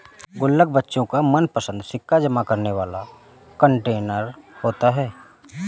गुल्लक बच्चों का मनपंसद सिक्का जमा करने वाला कंटेनर होता है